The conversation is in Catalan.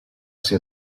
ser